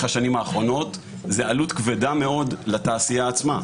השנים האחרונות זו עלות כבדה מאוד לתעשייה עצמה,